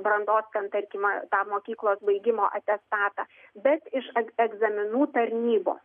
brandos ten tarkim tą mokyklos baigimo atestatą bet iš egzaminų tarnybos